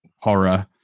horror